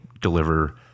deliver